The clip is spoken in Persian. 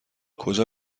کجا